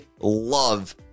love